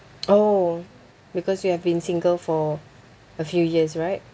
oh because you have been single for a few years right